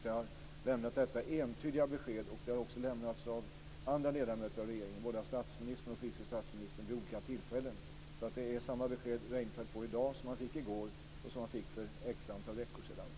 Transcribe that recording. Jag har alltså lämnat ett entydigt besked, och samma besked har lämnats av andra ledamöter av regeringen - av statsministern och vice statsministern - vid olika tillfällen. Det besked som Reinfeldt får i dag är alltså samma besked som han fick i går och som han fick för ett visst antal veckor sedan.